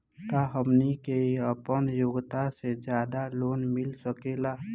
का हमनी के आपन योग्यता से ज्यादा लोन मिल सकेला?